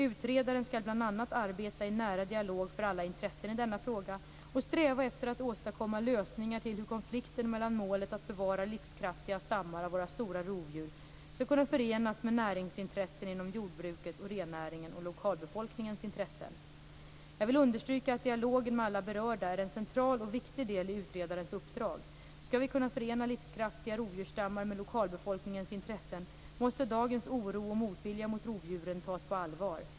Utredaren skall bl.a. arbeta i nära dialog med alla intressen i denna fråga och sträva efter att åstadkomma lösningar i konflikten hur målet att bevara livskraftiga stammar av våra stora rovdjur skall kunna förenas med näringsintressen inom jordbruket och rennäringen och med lokalbefolkningens intressen. Jag vill understryka att dialogen med alla berörda är en central och viktig del i utredarens uppdrag. Skall vi kunna förena livskraftiga rovdjursstammar med lokalbefolkningens intressen måste dagens oro och motvilja mot rovdjuren tas på allvar.